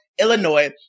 Illinois